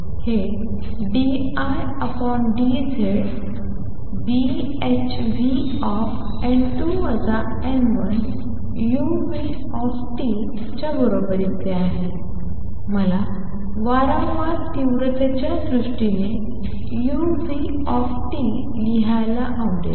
तर हे d I d Z हे Bhνn2 n1uT च्या बरोबरीचे आहे मला वारंवार तीव्रतेच्या दृष्टीने uT लिहायला आवडेल